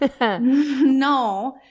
No